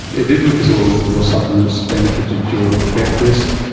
it did look as though those supplements benefited your death risk,